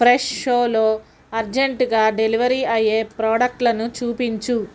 ఫ్రెషోలో అర్జెంటుగా డెలివరీ అయ్యే ప్రోడక్ట్లను చూపించు